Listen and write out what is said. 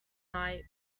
night